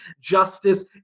justice